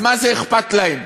אז מה אכפת להם?